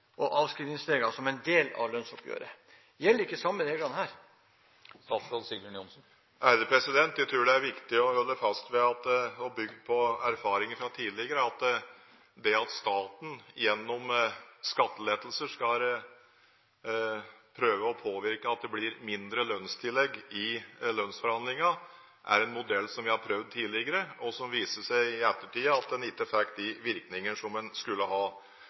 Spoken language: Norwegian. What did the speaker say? og avskrivningsregler som en del av lønnsoppgjøret. Gjelder ikke de samme reglene her? Jeg tror det er viktig å holde fast ved og bygge på erfaringer fra tidligere. Det at staten gjennom skattelettelser skal prøve å påvirke at det blir mindre lønnstillegg i lønnsforhandlinger, er en modell som vi har prøvd tidligere, og som i ettertid viste seg ikke fikk de virkningene som en skulle ha.